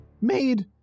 made